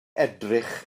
edrych